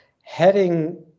heading